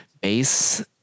base